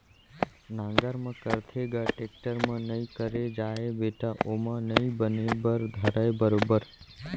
नांगर म करथे ग, टेक्टर म नइ करे जाय बेटा ओमा नइ बने बर धरय बरोबर